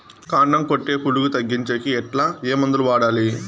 కాండం కొట్టే పులుగు తగ్గించేకి ఎట్లా? ఏ మందులు వాడాలి?